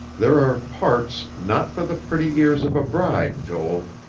there are parts not for the pretty ears of a bride, joel.